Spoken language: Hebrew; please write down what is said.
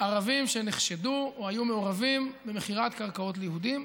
ערבים שנחשדו או היו מעורבים במכירת קרקעות ליהודים,